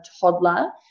toddler